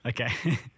Okay